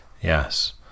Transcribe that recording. Yes